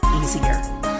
easier